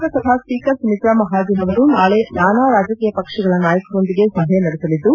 Lok Sabha speaker Sumitra Mahajan ಅವರು ನಾಳೆ ನಾನಾ ರಾಜಕೀಯ ಪಕ್ಷಗಳ ನಾಯಕರೊಂದಿಗೆ ಸಭೆ ನಡೆಸಲಿದ್ದು